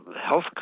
health